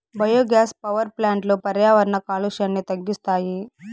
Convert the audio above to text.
biogas power ప్లాంట్లు పర్యావరణ కాలుష్యాన్ని తగ్గిస్తాయి